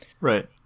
Right